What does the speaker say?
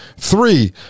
Three